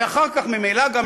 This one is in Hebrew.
ואחר כך ממילא גם